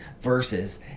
verses